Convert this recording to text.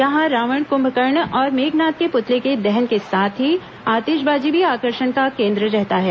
यहां रावण कुंभकर्ण और मेघनाद के पुतले के दहन के साथ ही आतिशबाजी भी आकर्षण का केन्द्र रहती है